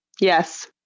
yes